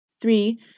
Three